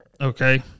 Okay